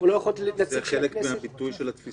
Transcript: זולת אם הפסיק להיות חבר הכנסת לפי